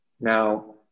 Now